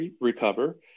recover